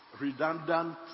redundant